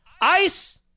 ICE